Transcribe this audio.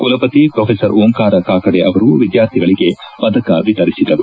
ಕುಲಪತಿ ಪ್ರೊಓಂಕಾರ ಕಾಕಡೆ ಅವರು ವಿದ್ಯಾರ್ಥಿಗಳಿಗೆ ಪದಕ ವಿತರಿಸಿದರು